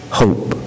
hope